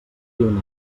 diu